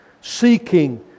seeking